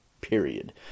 period